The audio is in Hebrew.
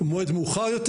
מועד מאוחר יותר.